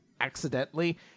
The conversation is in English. accidentally